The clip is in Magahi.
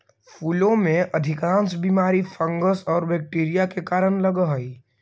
फूलों में अधिकांश बीमारी फंगस और बैक्टीरिया के कारण लगअ हई